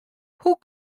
hoe